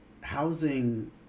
housing